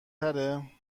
تره